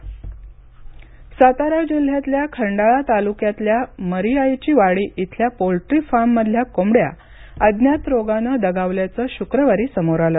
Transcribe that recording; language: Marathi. कोंबडया मत्य सातारा जिल्ह्यातल्या खंडाळा तालुक्यातल्या मरीआईचीवाडी इथल्या पोल्ट्री फार्ममधल्या कोंबड्या अज्ञात रोगाने दगवल्याचं शुक्रवारी समोर आले